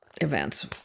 events